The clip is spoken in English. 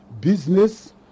business